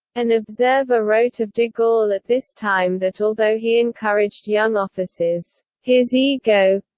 an observer wrote of de gaulle at this time that although he encouraged young officers, his ego.